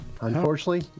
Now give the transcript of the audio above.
Unfortunately